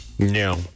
No